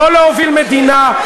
לא להוביל מדינה,